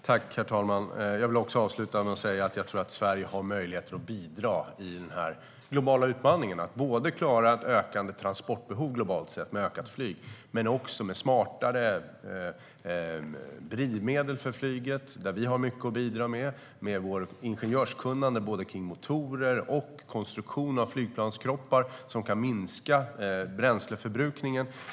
Herr talman! Jag vill avsluta med att säga att jag tror att Sverige har möjlighet att bidra i den globala utmaningen att klara ett ökande transportbehov globalt sett med ökat flyg och att göra det med smartare drivmedel för flyget. Där har vi mycket att bidra med i och med vårt ingenjörskunnande om både motorer och konstruktion av flygplanskroppar som kan minska bränsleförbrukningen.